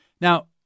Now